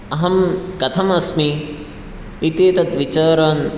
अहं कथमस्मि इति तत् विचारान्